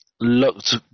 looked